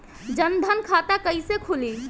जनधन खाता कइसे खुली?